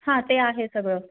हां ते आहे सगळं